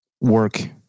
work